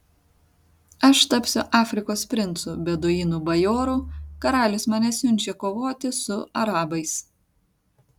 aš tapsiu afrikos princu beduinų bajoru karalius mane siunčia kovoti su arabais